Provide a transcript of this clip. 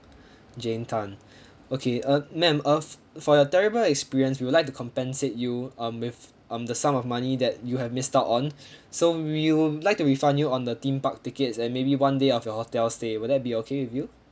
jane tan okay uh ma'am of for your terrible experience we would like to compensate you um with um the sum of money that you have missed out on so we would like to refund you on the theme park tickets and maybe one day of your hotel stay will that be okay with you